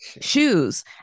shoes